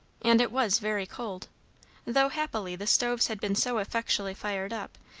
and it was very cold though happily the stoves had been so effectually fired up,